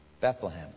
Bethlehem